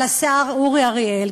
לשר אורי אריאל?